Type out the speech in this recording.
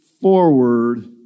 forward